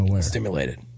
Stimulated